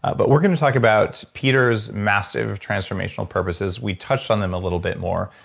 ah but we're going to talk about peter's massive transformational purposes. we touched on them a little bit more.